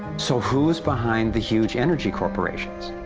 so who's behind the huge energy corporations?